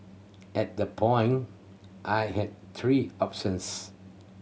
at the point I had three options